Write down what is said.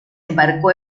embarcó